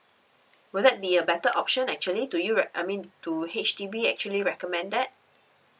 will that be a better option actually do you rec~ I mean do H_D_B actually recommend that